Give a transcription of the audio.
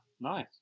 nice